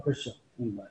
עכשיו באופן מעשי?